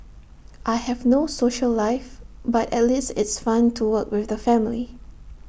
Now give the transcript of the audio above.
I have no social life but at least it's fun to work with the family